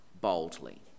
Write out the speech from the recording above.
boldly